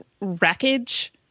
wreckage